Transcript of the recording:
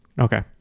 okay